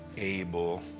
able